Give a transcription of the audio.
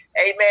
amen